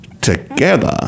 together